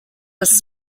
was